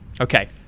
Okay